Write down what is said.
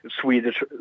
Swedish